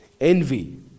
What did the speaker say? Envy